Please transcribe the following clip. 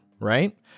right